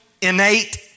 innate